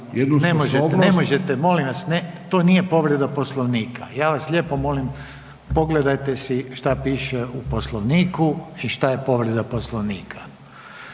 ne možete molim vas ne, to nije povreda Poslovnika, ja vas lijepo molim pogledajte si šta piše u Poslovniku i šta je povreda Poslovnika.